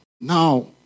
Now